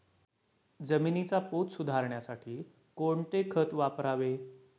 जमिनीचा पोत सुधारण्यासाठी कोणते खत वापरावे?